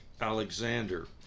Alexander